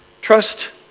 Trust